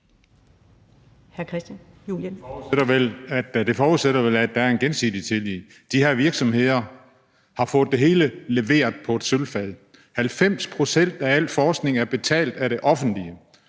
Det forudsætter vel, at der er en gensidig tillid. De her virksomheder har fået det hele leveret på et sølvfad. 90 pct. af al forskning er betalt af det offentlige,